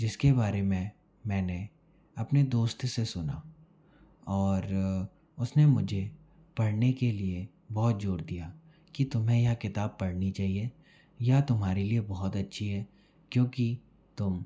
जिसके बारे में मैंने अपने दोस्त से सुना और उसने मुझे पढ़ने के लिए बहुत जोर दिया कि तुम्हें यह किताब पढ़नी चाहिए यह तुम्हारे लिए बहुत अच्छी है क्योंकि तुम